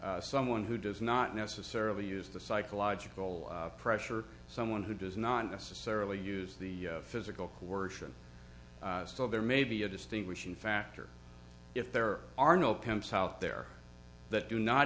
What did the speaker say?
someone who does not necessarily use the psychological pressure someone who does not necessarily use the physical coercion is still there may be a distinguishing factor if there are no pimps out there that do not